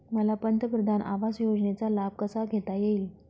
मला पंतप्रधान आवास योजनेचा लाभ कसा घेता येईल?